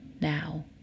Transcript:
now